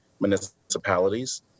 municipalities